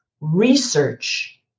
research